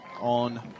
on